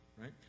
right